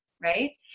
Right